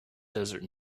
desert